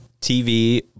TV